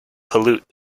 pollute